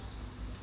yeah